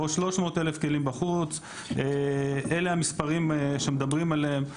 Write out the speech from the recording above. או 300 אלף כלים בחוץ, אלה המספרים שמדברים עליהם.